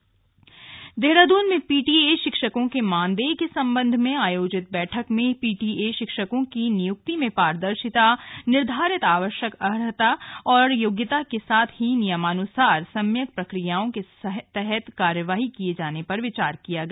PTA शिक्षक बैठक देहरादून में पीटीए शिक्षकों के मानदेय के सम्बन्ध में आयोजित बैठक में पीटीए शिक्षकों की नियुक्ति में पारदर्शिता निर्धारित आवश्यक अर्हता और योग्यता के साथ ही नियमानुसार सम्यक प्रकियाओं के तहत कार्यवाही किये जाने पर विचार किया गया